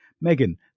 Megan